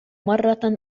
مرة